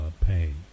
pain